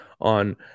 on